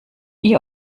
ihr